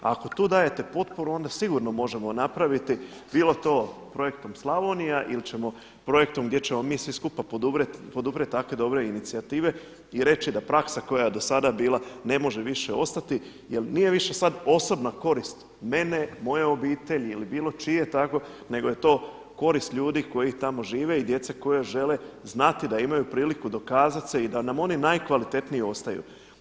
A ako tu dajete potporu, onda sigurno možemo napraviti bilo to projektom Slavonija ili ćemo projektom gdje ćemo mi svi skupa poduprijeti tako dobre inicijative i reći da praksa koja je do sada bila ne može više ostati, jer nije više sad osobna korist mene, moje obitelji ili bilo čije nego je to korist ljudi koji tamo žive i djece koja žele znati da imaju priliku dokazat se i da nam oni najkvalitetniji ostaju.